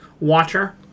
watcher